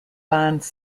bands